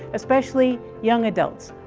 especially young adults.